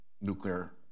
nuclear